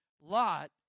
Lot